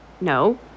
No